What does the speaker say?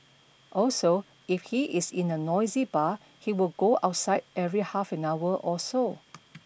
also if he is in a noisy bar he would go outside every half an hour or so